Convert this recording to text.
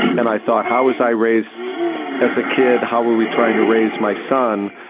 and i thought how was i raised as a kid, how were we trying to raise my son?